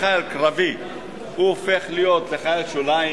מחייל קרבי הוא הופך להיות חייל שוליים,